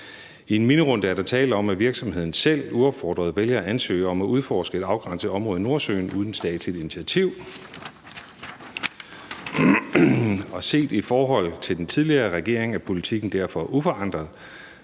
I en minirunde er der tale om, at virksomheden selv uopfordret vælger at ansøge om at udforske et afgrænset område i Nordsøen uden statsligt initiativ. Og set i forhold til den tidligere regering er politikken derfor uforandret.